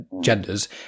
genders